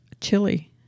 Chili